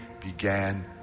began